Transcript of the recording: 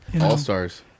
All-stars